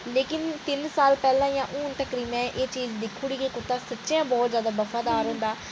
लेकिन तिन्न साल पैह्लैं तकर ते हुन में एह् चीज दिक्खी ओड़ी सच्चें गै बहुत जैदा बफादार होंदा